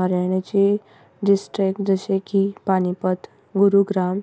हरयाणाची district जशी की पानीपत गुरूग्राम